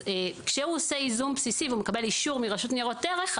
כשהוא עושה ייזום בסיסי ומקבל אישור מרשות ניירות ערך,